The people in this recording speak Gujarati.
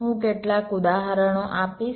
હું કેટલાક ઉદાહરણો આપીશ